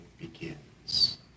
begins